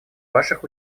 ваших